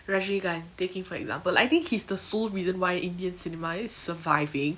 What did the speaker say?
rashigan take him for example I think he's the sole reason why indian cinema is surviving